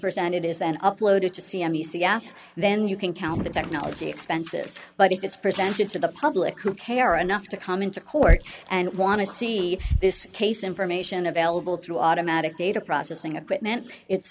present it is then uploaded to cmu seattle then you can count the technology expenses but if it's presented to the public who care enough to come into court and want to see this case information available through automatic data processing equipment it's